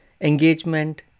Engagement